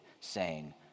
saying